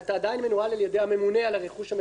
מנוהל על-ידי הממונה על הרכוש הממשלתי,